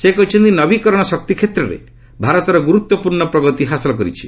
ସେ କହିଛନ୍ତି ନବିକରଣ ଶକ୍ତି କ୍ଷେତ୍ରରେ ଭାରତ ଗୁରୁତ୍ୱପୂର୍ଣ୍ଣ ପ୍ରଗତି ହାସଲ କରିଛି